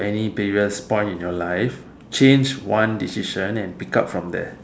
any previous point in your life change one decision and pick up from there